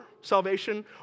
salvation